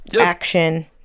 action